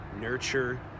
nurture